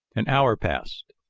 an hour passed,